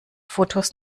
fotos